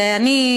אני,